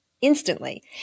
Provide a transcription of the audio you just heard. Instantly